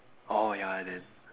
orh ya then